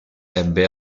ebbe